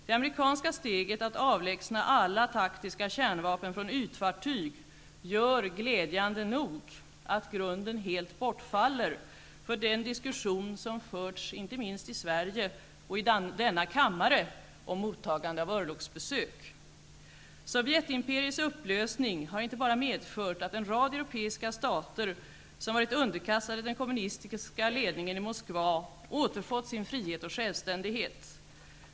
Det amerikanska steget att avlägsna alla taktiska kärnvapen från ytfartyg gör glädjande nog att grunden helt bortfaller för den diskussion som förts inte minst i Sovjetimperiets upplösning har inte bara medfört att en rad europeiska stater som varit underkastade den kommunistiska ledningen i Moskva återfått sin frihet och självständighet.